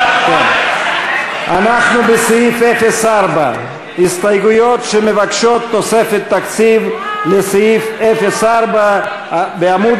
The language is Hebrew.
בסעיף 04. הסתייגויות שמבקשות תוספת תקציב לסעיף 04 בעמוד